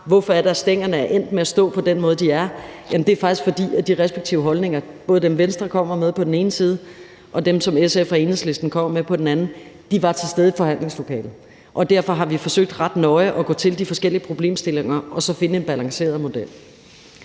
hvorfor det er, stængerne er endt med at stå på den måde, de er. Ja, det er faktisk, fordi de respektive holdninger – både dem, som Venstre kommer med på den ene side, og dem, som SF og Enhedslisten kommer på den anden – var til stede i forhandlingslokalet, og derfor har vi forsøgt ret nøje at gå til de forskellige problemstillinger og så finde en balanceret model.